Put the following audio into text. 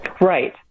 right